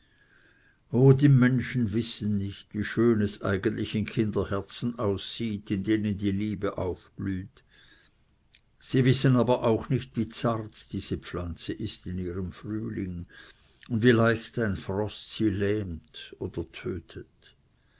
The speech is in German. o die menschen wissen nicht wie schön es in kinderherzen aussieht in denen die liebe aufblüht sie wissen aber auch nicht wie zart diese pflanze ist in ihrem frühling und wie leicht ein frost sie lähmt oder tötet